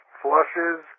flushes